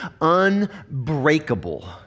unbreakable